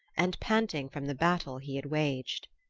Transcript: and panting from the battle he had waged.